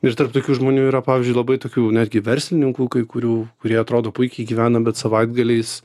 ir tarp tokių žmonių yra pavyzdžiui labai tokių netgi verslininkų kai kurių kurie atrodo puikiai gyvena bet savaitgaliais